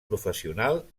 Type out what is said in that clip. professional